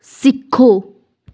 ਸਿੱਖੋ